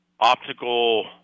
optical